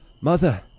Mother